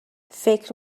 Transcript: فکر